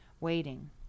waiting